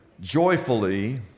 joyfully